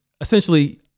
essentially